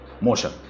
motion